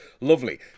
Lovely